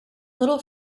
little